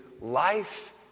life